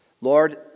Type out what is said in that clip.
Lord